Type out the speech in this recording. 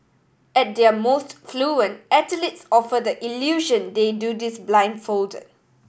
at their most fluent athletes offer the illusion they do this blindfolded